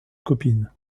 copine